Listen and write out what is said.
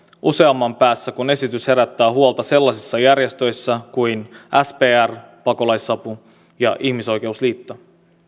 useamman päässä kun esitys herättää huolta sellaisissa järjestöissä kuin spr pakolaisapu ja ihmisoikeusliitto